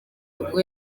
ubwo